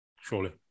surely